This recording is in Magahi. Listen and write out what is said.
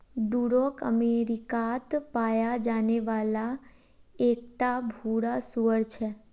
डूरोक अमेरिकात पाया जाने वाला एक टा भूरा सूअर छे